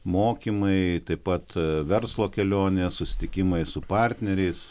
mokymai taip pat verslo kelionės susitikimai su partneriais